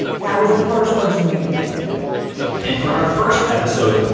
that was the first person we had to dig in to and for our first episode,